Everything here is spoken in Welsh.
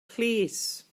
plîs